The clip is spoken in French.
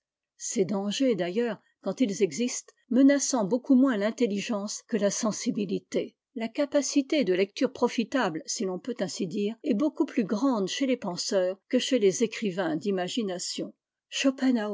ces dangers d'ailleurs quand ils existent menaçant beaucoup moins l'intelligence que la sensibilité la capacité de lecture profitable si l'on peut ainsi dire est beaucoup plus grande chez les penseurs que chez les écrivains d'imagination